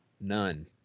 None